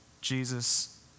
Jesus